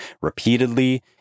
repeatedly